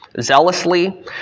zealously